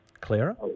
Clara